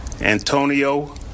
Antonio